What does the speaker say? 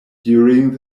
during